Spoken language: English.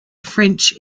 french